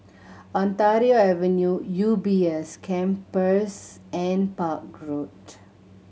Ontario Avenue U B S Campus and Park Road